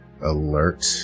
alert